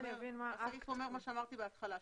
הסעיף אומר מה שאמרתי בהתחלה.